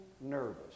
nervous